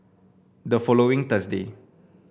the following Thursday